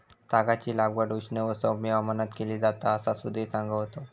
तागाची लागवड उष्ण व सौम्य हवामानात केली जाता असा सुधीर सांगा होतो